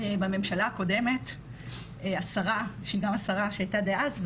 בממשלה הקודמת השרה שהייתה דאז,